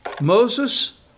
Moses